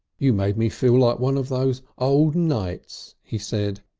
you make me feel ah one of those old knights, he said,